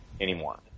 anymore